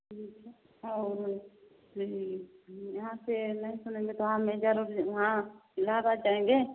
ठीक है और जी यहाँ से नहीं सुनेंगे तो हम इधर वहाँ इलाहाबाद जाएँगे